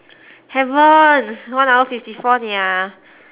haven't one hour fifty four [nia]